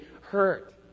hurt